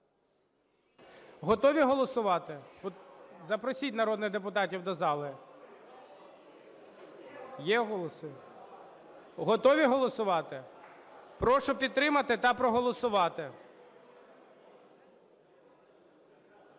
Готові голосувати? Запросіть народних депутатів до зали. Є голоси? Готові голосувати? Прошу підтримати та проголосувати.